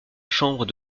chambre